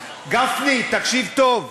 גפני, תקשיב טוב.